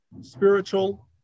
spiritual